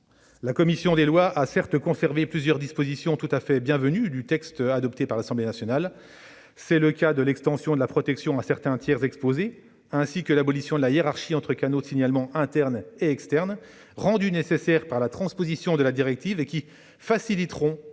La commission des lois a certes conservé plusieurs dispositions tout à fait bienvenues du texte adopté par l'Assemblée nationale. C'est le cas de l'extension de la protection à certains tiers exposés ou encore de l'abolition de la hiérarchie entre canaux de signalement internes et externes, rendues nécessaires par la transposition de la directive, qui faciliteront